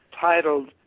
titled